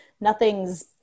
Nothing's